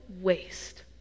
waste